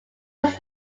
was